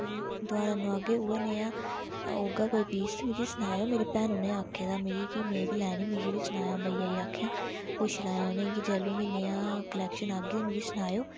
हां दबारा नोआगे उ'ऐ नेहा औगा कोई पीस ते मिगी सनाएयो मेरी भैनू ने आखे दा मिगी कि मै बी लैनी मिगी बी सनाया भैया गी आखेआं पुच्छी लैएआं उनेंगी जेल्लू बी नेहा कलेक्शन आह्गे मिगी सनाएयो